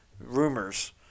rumors